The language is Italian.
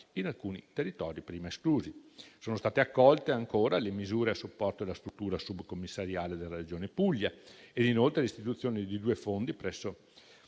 in alcuni territori prima esclusi. Sono state accolte, ancora, le misure a supporto della struttura subcommissariale della Regione Puglia e inoltre l'istituzione di due fondi presso